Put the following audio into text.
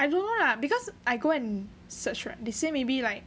I don't know lah because I go and search right they say maybe like